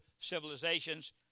civilizations